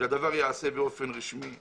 שהדבר ייעשה באופן רשמי וחוקי.